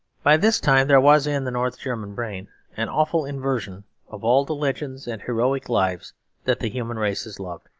by this time there was in the north german brain an awful inversion of all the legends and heroic lives that the human race has loved.